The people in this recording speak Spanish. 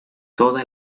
toda